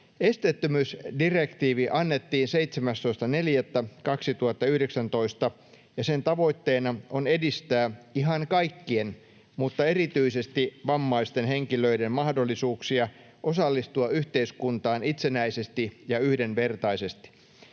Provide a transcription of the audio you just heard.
Esteettömyysdirektiivi annettiin 17.4.2019, ja sen tavoitteena on edistää ihan kaikkien mutta erityisesti vammaisten henkilöiden mahdollisuuksia osallistua yhteiskuntaan itsenäisesti ja yhdenvertaisesti.